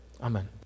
amen